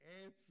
answer